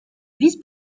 vice